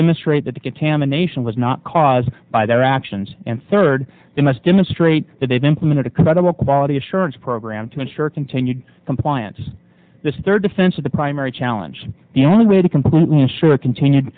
demonstrate that the contamination was not caused by their actions and third they must demonstrate that they've implemented a credible quality assurance program to ensure continued compliance this is their defense of the primary challenge the only way to completely ensure continued